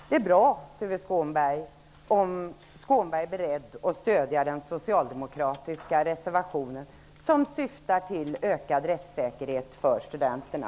Det är bra om Tuve Skånberg är beredd att stödja den socialdemokratiska reservationen som syftar till ökad rättssäkerhet för studenterna.